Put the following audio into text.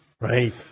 Right